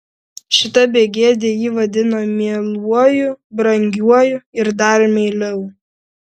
šita begėdė jį vadino mieluoju brangiuoju ir dar meiliau